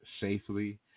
safely